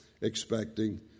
expecting